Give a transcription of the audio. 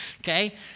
Okay